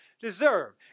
deserve